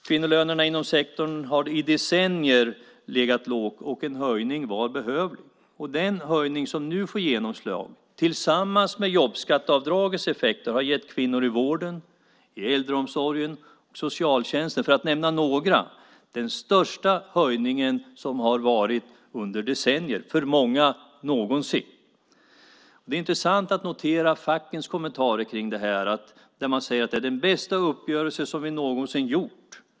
Kvinnolönerna inom sektorn har i decennier legat lågt, och en höjning var behövlig. Den höjning som nu får genomslag har, tillsammans med jobbskatteavdragets effekter, gett kvinnor i vården, äldreomsorgen och socialtjänsten - för att nämna några områden - den största höjningen som har varit under decennier, för många någonsin. Det är intressant att notera fackens kommentarer. Man säger att det är den bästa uppgörelse som man någonsin har gjort.